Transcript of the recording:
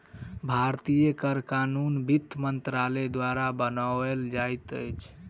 भारतीय कर कानून वित्त मंत्रालय द्वारा बनाओल जाइत अछि